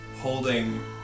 holding